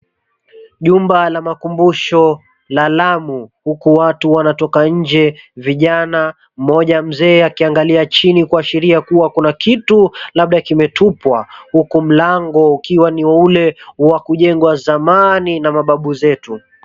Jumba la makumbusho la Lamu huku watu wanatoka nje vijana, mmoja mzee akiangalia chini kuashiria kuna kitu labda kimetupwa huku mlango ukiwa ni ule wa kujengwa zamani na mababu zetu.